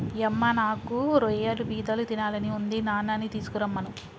యమ్మ నాకు రొయ్యలు పీతలు తినాలని ఉంది నాన్ననీ తీసుకురమ్మను